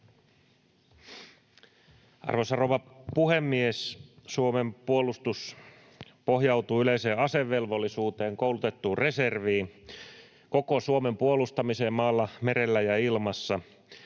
Arvoisa rouva puhemies! Suomen puolustus pohjautuu yleiseen asevelvollisuuteen, koulutettuun reserviin, koko Suomen puolustamiseen maalla, merellä ja ilmassa